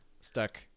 stuck